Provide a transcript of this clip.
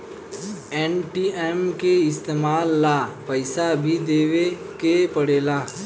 ATM के इस्तमाल ला पइसा भी देवे के पड़ेला